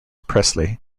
presley